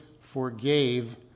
forgave